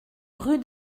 rue